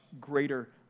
greater